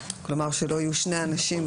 כלומר שלא יהיו שני אנשים,